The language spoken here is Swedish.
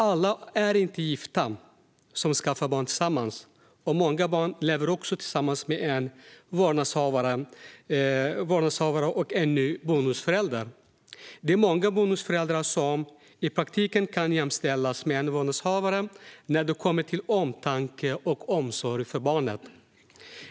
Alla är inte gifta som skaffar barn tillsammans, och många barn lever tillsammans med en vårdnadshavare och en ny bonusförälder. Det är många bonusföräldrar som i praktiken kan jämställas med en vårdnadshavare när det kommer till omtanke och omsorg om barnet.